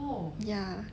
ya